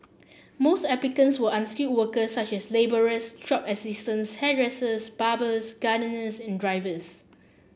most applicants were unskilled workers such as labourers shop assistants hairdressers barbers gardeners and drivers